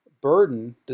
burden